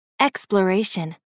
exploration